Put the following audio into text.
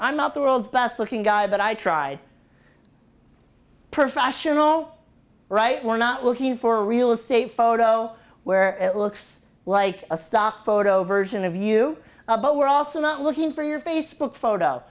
i'm not the world's best looking guy but i try professional write we're not looking for real estate photo where it looks like a stock photo version of you but we're also not looking for your facebook photo